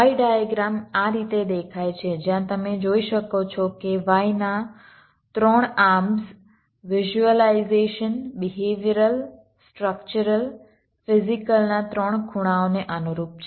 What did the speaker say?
Y diagram આ રીતે દેખાય છે જ્યાં તમે જોઈ શકો છો કે Y ના 3 આર્મ્સ વિઝ્યુલાઇઝેશન બિહેવિયરલ સ્ટ્રક્ચરલ ફિઝીકલના 3 ખૂણાઓને અનુરૂપ છે